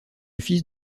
fils